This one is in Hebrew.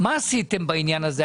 מה עשיתם בעניין הזה?